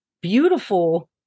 beautiful